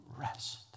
rest